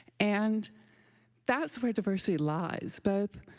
and that's where diversity lies, both